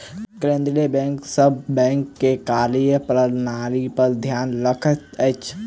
केंद्रीय बैंक सभ बैंक के कार्य प्रणाली पर ध्यान रखैत अछि